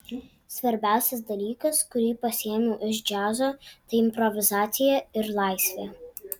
svarbiausias dalykas kurį pasiėmiau iš džiazo tai improvizacija ir laisvė